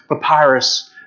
papyrus